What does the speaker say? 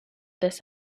this